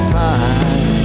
time